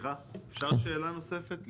סליחה אפשר שאלה נוספת?